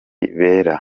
bera